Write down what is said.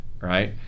right